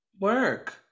work